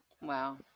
Wow